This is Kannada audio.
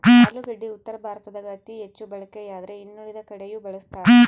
ಆಲೂಗಡ್ಡಿ ಉತ್ತರ ಭಾರತದಾಗ ಅತಿ ಹೆಚ್ಚು ಬಳಕೆಯಾದ್ರೆ ಇನ್ನುಳಿದ ಕಡೆಯೂ ಬಳಸ್ತಾರ